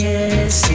Yes